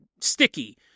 sticky